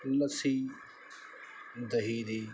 ਲੱਸੀ ਦਹੀਂ ਦੀ